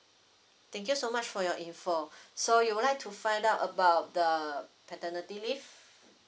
thank you so much for your info so you would like to find out about the paternity leave